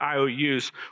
IOUs